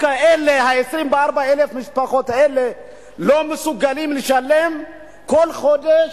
24,000 המשפחות האלה לא מסוגלים לשלם כל חודש,